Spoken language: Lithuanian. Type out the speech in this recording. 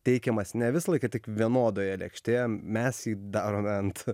teikiamas ne visą laiką tik vienodoje lėkštėje mes jį darome ant